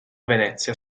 venezia